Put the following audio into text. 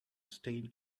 stained